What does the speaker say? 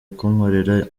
kunkorera